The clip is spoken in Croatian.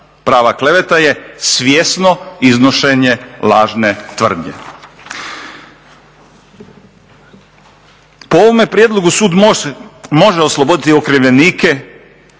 Prava kleveta je svjesno iznošenje lažne tvrdnje. Po ovome prijedlogu sud može osloboditi okrivljenike